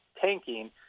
tanking